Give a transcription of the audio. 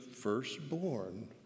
firstborn